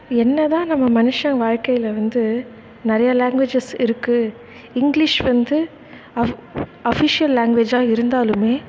என்னதான் நம்ம மனுஷன் வாழ்க்கையில் வந்து நிறைய லாங்வேஜஸ் இருக்குது இங்கிலீஷ் வந்து அஃப் அஃபீஷியல் லாங்வேஜாக இருந்தாலுமே